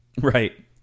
right